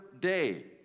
day